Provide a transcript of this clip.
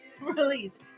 release